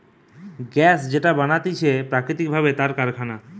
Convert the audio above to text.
gas যেটা বানাতিছে প্রাকৃতিক ভাবে তার কারখানা